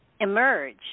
emerge